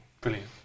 Brilliant